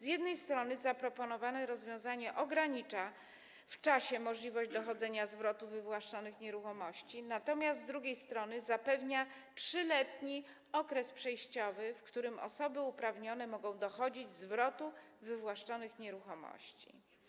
Z jednej strony zaproponowane rozwiązanie ogranicza w czasie możliwość dochodzenia zwrotu wywłaszczonych nieruchomości, natomiast z drugiej strony zapewnia 3-letni okres przejściowy, w którym osoby uprawnione mogą dochodzić zwrotu wywłaszczonych nieruchomości.